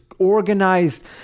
organized